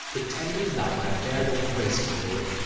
the tender love i bear your grace, my lord,